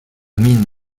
mine